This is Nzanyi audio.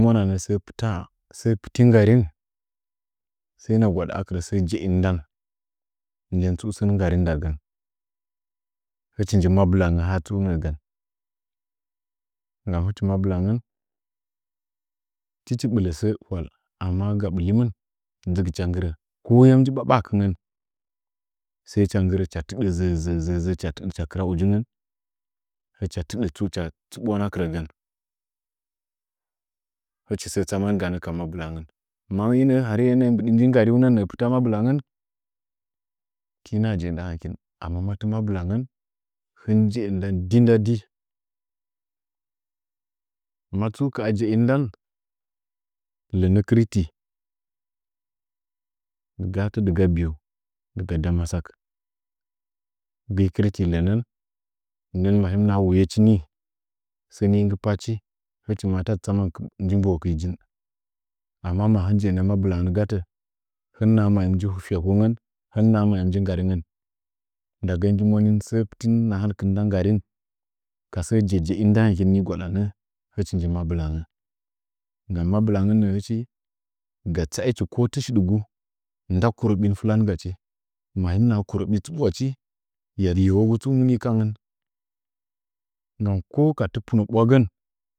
səə pɨti nggarin, sal na gwada kɨrə səə je’ɨnə ndon dən tsu sən nggarim nda gən hɨchi nji mabɨlangə ha tsu nəəgən nggam hɨchi mabɨlangən tɨchi ɓɨlə sə hwal amma tsu ga bɨli, mɨn hicha nggɨrə kp mu ɓaɓahakɨngən saichia nggɨrə cha tɨdə ʒəʒəʒə hicha cha kɨra ujingən, hɨcha tɨdə tsu hɨcha tsuɓwan kɨrəgən, hichi tsu səə tsaman ganə kamabɨlangən hari inəə mbɨdɨnəə pɨtə mabɨlangən tɨna je’i nda hɨkin amma mati ma bɨlangən hɨn je’ɨ ndan dɨ nda di nɨatsu kaha jeinə ndan lanə kɨriti dɨgahatə dɨga biyu dɨ fa damasak ni kɨritinəmɨn nɨhana wiyechi sən nji pachu hɨchi ma tadi tsamanechi ndɨ mbohəkin gyi jin amma hin mɨ janyan a bəmɨn gatə himi naha masə nji fekongən, himinaha mabə nyi nggarigən, ndagən gɨ moning səə pɨtin nahan kin nda nggarin səə jejeina ndan dɨwuye gwadanə hɨchi nji mabɨlangə nda mabilangən nəə hɨchi ga kpaichi ko ɨshidgu nda kurəɓin pat fatatangashi ma hin naha kurəɓiye tsuɓwanchi ya liwon muni kongən tsi nggam to ka tɨ punəə ɓwagən.